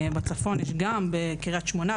בצפון יש גם בקרית שמונה,